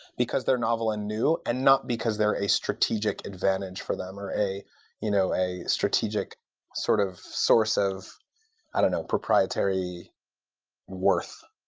because they're novel and new, and not because they're a strategic advantage for them or a you know a strategic sort of source of i don't know proprietary worth.